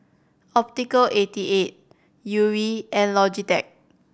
Optical eighty eight Yuri and Logitech